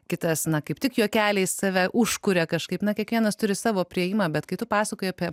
kitas na kaip tik juokeliais save užkuria kažkaip na kiekvienas turi savo priėjimą bet kai tu pasakojai apie